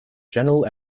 general